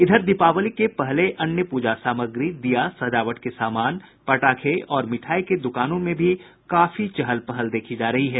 इधर दीपावली से पहले अन्य पूजा सामग्री दीया सजावट के सामान पटाखे और मिठाई के दुकानों में भी काफी चहल पहल देखी जा रही है